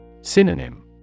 Synonym